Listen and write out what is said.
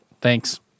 Thanks